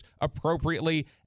appropriately